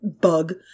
Bug